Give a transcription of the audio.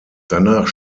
danach